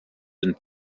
and